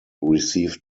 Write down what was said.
received